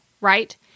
right